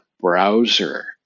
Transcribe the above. browser